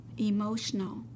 emotional